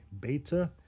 Beta